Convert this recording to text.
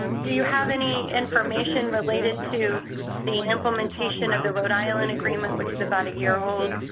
do you have any information related to the implementation of the rhode island agreement which is about a year olds?